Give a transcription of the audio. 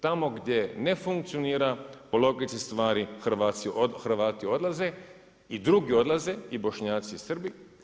Tamo gdje ne funkcionira po logici stvari Hrvati odlaze i drugi odlaze i Bošnjaci i Srbi.